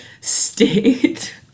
state